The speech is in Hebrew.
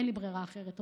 אין לי ברירה אחרת.